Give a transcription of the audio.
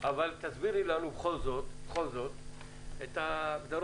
בשביל להתאים את ההגדרה